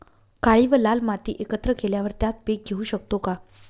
काळी व लाल माती एकत्र केल्यावर त्यात पीक घेऊ शकतो का?